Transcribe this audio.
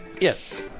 Yes